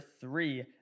three